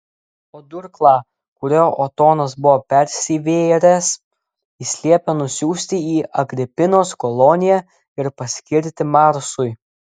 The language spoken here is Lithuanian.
o durklą kuriuo otonas buvo persivėręs jis liepė nusiųsti į agripinos koloniją ir paskirti marsui